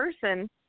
person